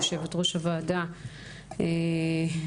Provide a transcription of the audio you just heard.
יושבת ראש הוועדה הקודמת,